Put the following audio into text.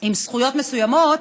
עם זכויות מסוימות,